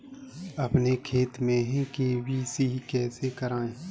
अपने खाते में के.वाई.सी कैसे कराएँ?